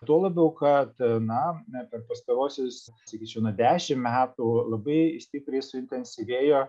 tuo labiau kad na ne per pastaruosius sakyčiau na dešimt metų labai stipriai suintensyvėjo